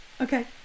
Okay